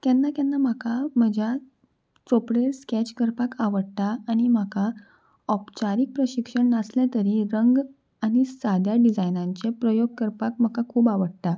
केन्ना केन्ना म्हाका म्हज्या चोपडे स्केच करपाक आवडटा आनी म्हाका औपचारीक प्रशिक्षण नासलें तरी रंग आनी साद्या डिजायनांचे प्रयोग करपाक म्हाका खूब आवडटा